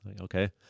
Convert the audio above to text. okay